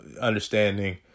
understanding